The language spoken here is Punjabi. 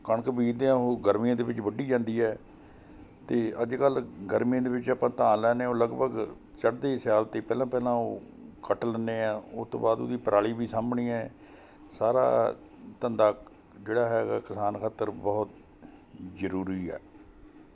ਕਣਕ ਬੀਜਦੇ ਹਾਂ ਉਹ ਗਰਮੀਆਂ ਦੇ ਵਿੱਚ ਵੱਢੀ ਜਾਂਦੀ ਹੈ ਅਤੇ ਅੱਜ ਕੱਲ੍ਹ ਗਰਮੀ ਦੇ ਵਿੱਚ ਆਪਾਂ ਧਾਨ ਲੈਨੇ ਹਾਂ ਉਹ ਲਗਭਗ ਚੜ੍ਹਦੇ ਸਿਆਲ ਤੋਂ ਪਹਿਲਾਂ ਪਹਿਲਾਂ ਉਹ ਕੱਟ ਲੈਂਦੇ ਹਾਂ ਉਸ ਤੋਂ ਬਾਅਦ ਉਹਦੀ ਪਰਾਲੀ ਵੀ ਸਾਂਭਣੀ ਹੈ ਸਾਰਾ ਧੰਦਾ ਜਿਹੜਾ ਹੈਗਾ ਕਿਸਾਨ ਖਾਤਰ ਬਹੁਤ ਜ਼ਰੂਰੀ ਹੈ